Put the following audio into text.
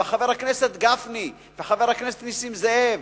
וחבר הכנסת גפני וחבר הכנסת נסים זאב,